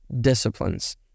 disciplines